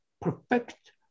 perfect